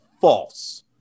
false